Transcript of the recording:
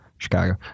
Chicago